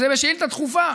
וזה בשאילתה דחופה.